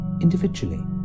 individually